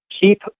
keep